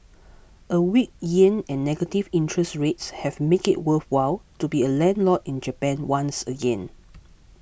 a weak yen and negative interest rates have made it worthwhile to be a landlord in Japan once again